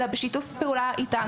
אלא בשיתוף פעולה איתנו,